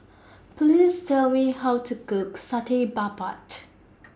Please Tell Me How to Cook Satay Babat